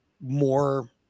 more